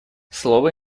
слово